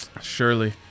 Surely